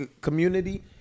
community